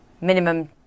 minimum